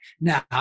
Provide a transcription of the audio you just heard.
Now